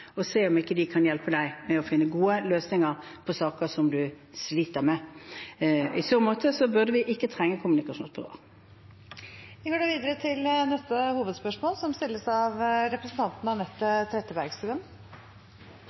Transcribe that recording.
og se om ikke han/hun kan hjelpe med å finne gode løsninger på saker som man sliter med. I så måte burde vi ikke trenge kommunikasjonsbyråer. Vi går da videre til neste hovedspørsmål.